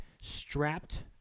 strapped